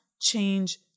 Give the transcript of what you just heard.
change